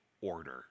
order